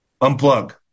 unplug